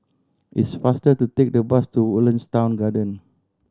it's faster to take the bus to Woodlands Town Garden